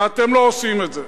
ואתם לא עושים את זה.